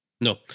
No